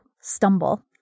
stumble